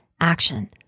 action